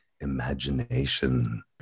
imagination